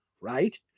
right